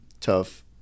tough